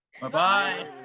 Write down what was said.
Bye-bye